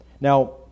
Now